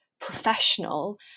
professional